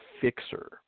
fixer